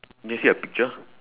do you see a picture